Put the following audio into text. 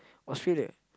Australia